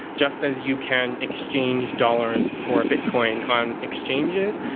just as you can exchange dollars for bitcoin on exchanges.